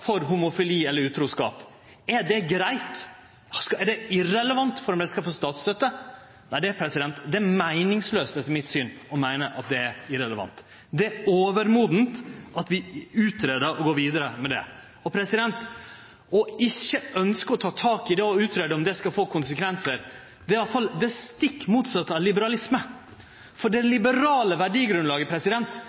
for homofili eller utruskap, er det greitt? Er det irrelevant for om dei skal få statsstøtte? Nei, det er meiningslaust, etter mitt syn, å meine at det er irrelevant. Det er overmodent for at vi utgreier og går vidare med det. Å ikkje ønskje å ta tak i det og utgreie om det skal få konsekvensar, er det stikk motsette av liberalisme, for det liberale verdigrunnlaget